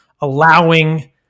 allowing